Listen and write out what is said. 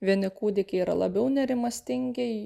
vieni kūdikiai yra labiau nerimastingi